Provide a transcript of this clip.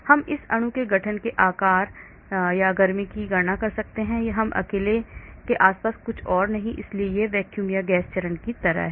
हम इस अणु के गठन के आकार आकार या गर्मी की गणना कर सकते हैं इस अकेले के आसपास कुछ और नहीं है इसलिए यह एक वैक्यूम या गैस चरण की तरह है